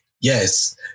Yes